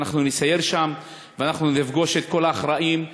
ואנחנו נסייר שם ואנחנו נפגוש את כל האחראים,